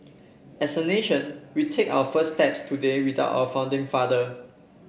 as a nation we take our first steps today without our founding father